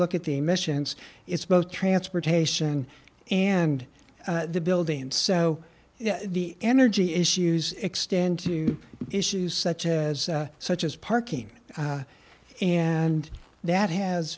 look at the emissions it's both transportation and the building and so the energy issues extend to issues such as such as parking and that has